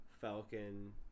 Falcon